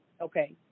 Okay